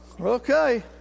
okay